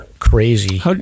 Crazy